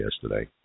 yesterday